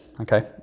okay